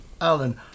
Alan